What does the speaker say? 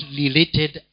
related